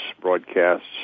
broadcasts